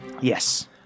Yes